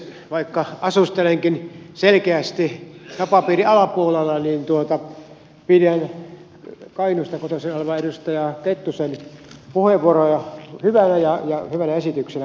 vaikka asustelenkin selkeästi napapiirin alapuolella niin pidän kainuusta kotoisin olevan edustaja kettusen puheenvuoroa hyvänä ja hyvänä esityksenä myöskin